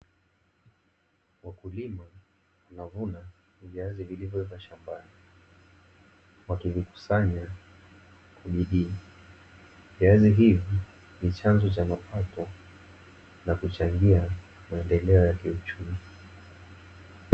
Wakulima wanavuna viazi vilivyoiva shambani wakivikusanya kwa bidii, viazi hivyo ni chanzo cha mapato na kuchangia maendeleo ya kiuchumi.